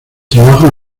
trabajos